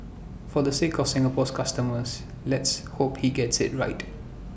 for the sake of Singapore's customers let's hope he gets IT right